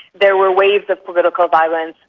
there were waves of political violence.